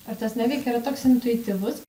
ar tas neveikia yra toks intuityvus